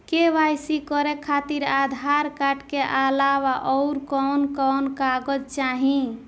KYC करे खातिर Aadhaar card के अलावा आउरकवन कवन कागज चाहीं?